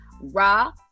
Raw